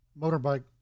motorbike